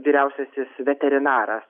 vyriausiasis veterinaras